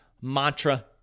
mantra